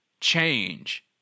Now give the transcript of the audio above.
change